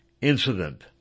incident